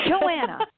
Joanna